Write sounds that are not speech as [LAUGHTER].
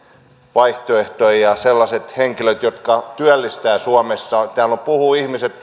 vaihtoehtoja ja sellaiset henkilöt jotka työllistävät suomessa täällä ihmiset [UNINTELLIGIBLE]